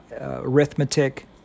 arithmetic